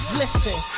listen